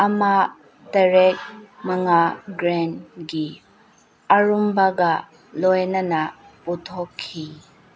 ꯑꯃ ꯇꯔꯦꯠ ꯃꯉꯥ ꯒ꯭ꯔꯦꯟꯒꯤ ꯑꯔꯨꯝꯕꯒ ꯂꯣꯏꯅꯅ ꯄꯨꯊꯣꯛꯈꯤ